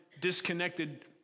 disconnected